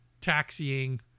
taxiing